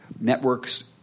networks